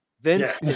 Vince